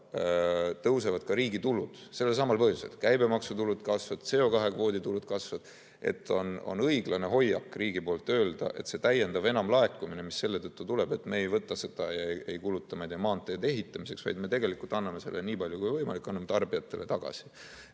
tõusevad ka riigi tulud sellelsamal põhjusel, käibemaksutulud kasvavad, CO2kvoodi tulud kasvavad –, on õiglane hoiak riigi öelda, et see täiendav enamlaekumine, mis selle tõttu tuleb, et me ei võta ja ei kuluta seda maanteede ehitamiseks, vaid me tegelikult anname selle, nii palju kui võimalik, tarbijatele tagasi.